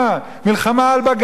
מלחמה על בג"ץ,